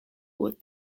with